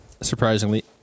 surprisingly